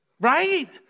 Right